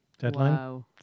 Deadline